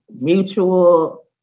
mutual